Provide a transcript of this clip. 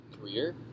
career